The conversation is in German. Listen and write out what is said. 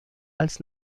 als